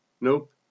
Nope